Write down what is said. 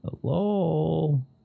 Hello